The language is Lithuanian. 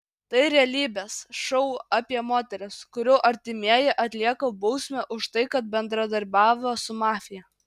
tai realybės šou apie moteris kurių artimieji atlieka bausmę už tai kad bendradarbiavo su mafija